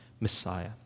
Messiah